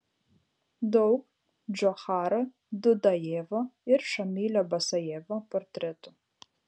daug džocharo dudajevo ir šamilio basajevo portretų